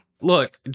Look